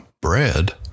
bread